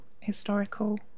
historical